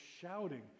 shouting